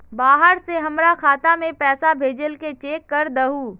बाहर से हमरा खाता में पैसा भेजलके चेक कर दहु?